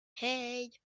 hey